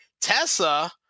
Tessa